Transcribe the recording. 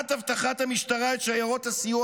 מניעת אבטחת המשטרה את שיירות הסיוע